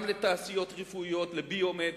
גם לתעשיות רפואיות, לביו-מד